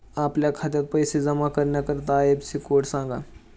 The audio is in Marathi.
आपल्या खात्यात पैसे जमा करण्याकरता आय.एफ.एस.सी कोड सांगा